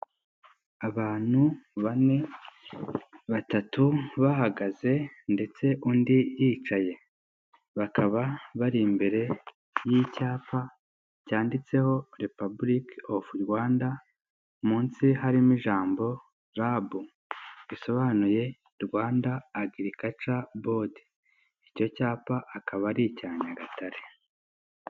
Abantu bane, batatu bahagaze ndetse undi yicaye, bakaba bari imbere y'icyapa cyanditseho Repuburika y'u Rwanda, munsi harimo ijambo RAB, bisobanuye Rwanda agirikaca bodi, icyo cyapa akaba ari icya Nyagatare.